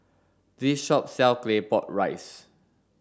this shop sells claypot rice